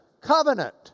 covenant